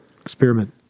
experiment